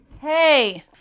hey